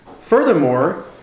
Furthermore